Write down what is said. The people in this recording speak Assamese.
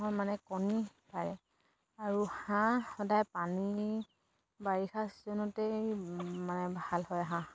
মানে কণী পাৰে আৰু হাঁহ সদায় পানী বাৰিষা ছিজনতেই মানে ভাল হয় হাঁহ